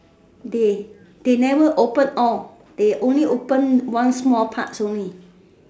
they they never open all there only open one small part only